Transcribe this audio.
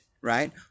right